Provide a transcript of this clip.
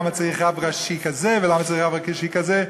למה צריך רב ראשי כזה ולמה צריך רב ראשי כזה.